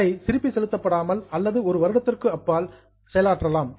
அவை திருப்பி செலுத்தப்படலாம் அல்லது ஒரு வருடத்திற்கும் அப்பால் பெர்ஃபார்ம் செயலாற்றலாம்